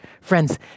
Friends